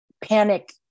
panic